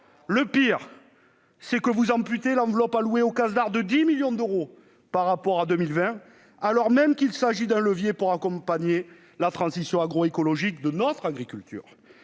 Le pire, c'est que vous amputez l'enveloppe allouée au Casdar de 10 millions d'euros par rapport à 2020, alors même qu'il s'agit d'un levier pour accompagner la transition agroécologique de notre agriculture.